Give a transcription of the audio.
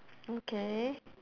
okay